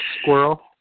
squirrel